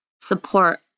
support